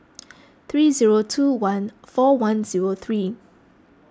three zero two one four one zero three